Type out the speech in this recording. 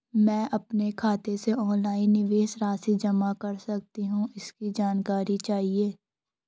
मैं अपने खाते से ऑनलाइन निवेश राशि जमा कर सकती हूँ इसकी जानकारी चाहिए?